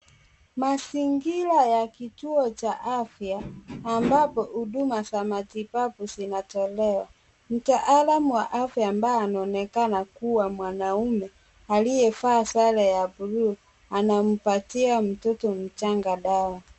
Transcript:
Mazingira ya kituo cha afya, ambapo huduma za matibabu zinatolewa. Mtaalamu wa afya ambaye anaonekana kuwa mwanaume aliyevaa sare ya buluu anampatia mtoto mchanga dawa.